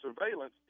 surveillance